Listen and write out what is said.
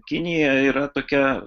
kinija yra tokia